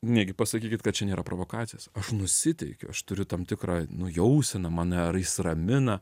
negi pasakykit kad čia nėra provokacija aš nusiteikiu aš turiu tam tikrą nu jauseną mane ar jis ramina